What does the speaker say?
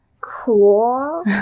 Cool